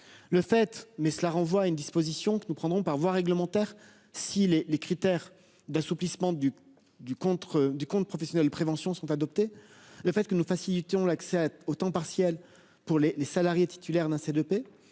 le fait mais cela renvoie à une disposition que nous prendrons par voie réglementaire. Si les les critères d'assouplissement du du contre du compte professionnel de prévention sont adoptés, le fait que nous facilitons l'accès au temps partiel pour les salariés titulaires d'un.